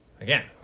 Again